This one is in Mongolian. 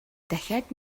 дахиад